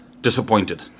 disappointed